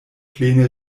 plene